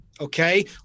okay